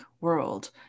world